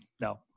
no